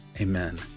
Amen